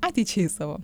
ateičiai savo